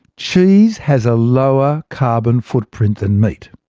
cheese has a lower carbon footprint than meat.